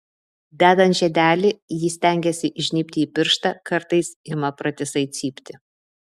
dedant žiedelį ji stengiasi įžnybti į pirštą kartais ima pratisai cypti